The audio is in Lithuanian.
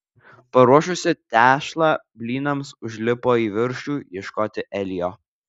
paruošusi tešlą blynams užlipo į viršų ieškoti elio